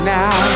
now